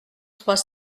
trois